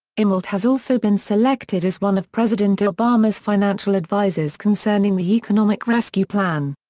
immelt has also been selected as one of president obama's financial advisors concerning the economic rescue plan.